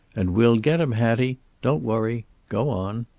and we'll get him, hattie. don't worry. go on.